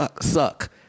suck